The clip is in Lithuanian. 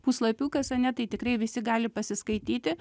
puslapiukas ane tai tikrai visi gali pasiskaityti